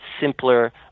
simpler